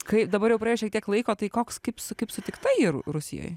kai dabar jau praėjo šiek tiek laiko tai koks kaip s kaip sutikta ji rusijoj